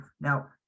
Now